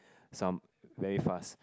some very fast